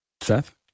Seth